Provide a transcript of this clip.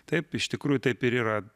taip iš tikrųjų taip ir yra